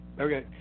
Okay